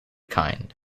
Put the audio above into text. kind